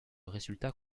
résultat